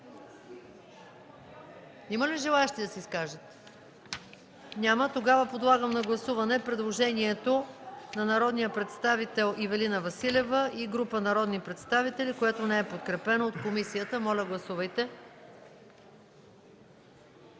по докладвания чл. 27? Няма. Първо подлагам на гласуване предложението на народния представител Ивелина Василева и група народни представители, което не е подкрепено от водещата комисия. Моля, гласувайте.